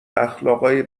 اخلاقای